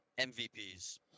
MVPs